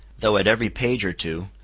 though at every page or two,